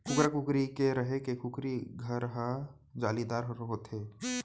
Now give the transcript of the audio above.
कुकरा, कुकरी के रहें के कुकरी घर हर जालीदार होथे